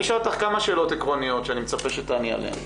אני אשאל אותך כמה שאלות עקרוניות שאני מצפה שתעני עליהן.